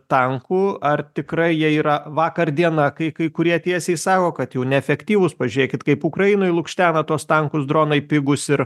tankų ar tikrai jie yra vakar dieną kai kai kurie tiesiai sako kad jau neefektyvūs pažiūrėkit kaip ukrainoj lukštena tuos tankus dronai pigūs ir